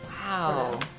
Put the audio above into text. Wow